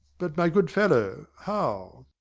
but my good fellow how?